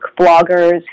bloggers